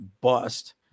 bust